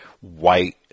white